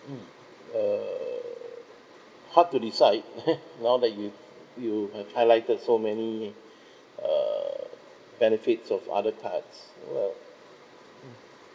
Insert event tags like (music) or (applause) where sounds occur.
mm uh how to decide (laughs) now that you you have highlighted so many (breath) uh benefits of other cards what mm